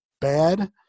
bad